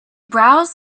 browsed